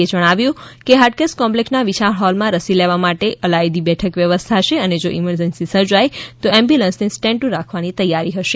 માઢકે જણાવ્યું કે હાટકેશ કોમ્પલેક્સના વિશાળ હોલમાં રસી લેવા આવનારા લોકો માટે અલાયદી બેઠક વ્યવસ્થા અને જો ઇમરજન્સી સર્જાય તો એમ્બ્યૂલન્સને સ્ટેન્ડ ટુ રાખવાની તૈયારી રહેશે